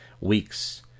weeks